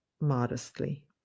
modestly